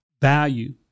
value